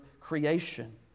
creation